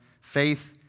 Faith